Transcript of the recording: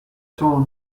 son